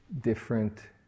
different